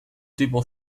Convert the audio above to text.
tipo